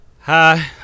Hi